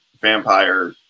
vampire